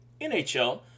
NHL